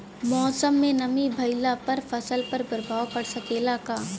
मौसम में नमी भइला पर फसल पर प्रभाव पड़ सकेला का?